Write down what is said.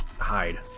hide